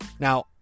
Now